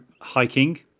hiking